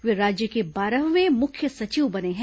वे राज्य के बारहवें मुख्य सचिव बने हैं